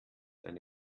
eine